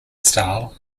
style